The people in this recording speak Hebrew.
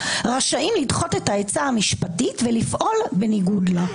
רשאים לדחות את העצה המשפטית ולפעול בניגוד לה."